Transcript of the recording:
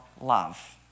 love